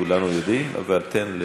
כולנו יודעים, אבל תן,